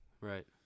Right